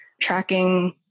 tracking